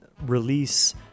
release